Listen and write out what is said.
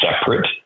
separate